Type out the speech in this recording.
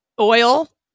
oil